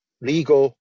legal